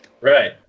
Right